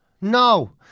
No